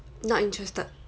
not interested